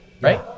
right